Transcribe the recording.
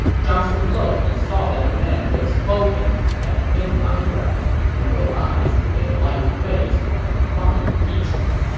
zhang song looked and saw that the man who had spoken had thin eyebrows, narrow eyes, a light face, and fine features.